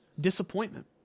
Disappointment